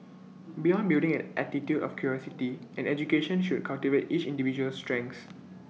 beyond building an attitude of curiosity an education should cultivate each individual's strengths